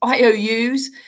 IOUs